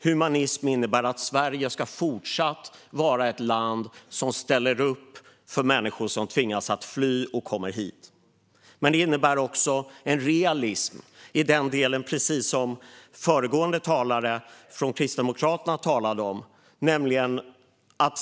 Humanism innebär att Sverige ska fortsätta att vara ett land som ställer upp för människor som tvingas fly och kommer hit. Men det krävs också en realism, precis som föregående talare från Kristdemokraterna talade om.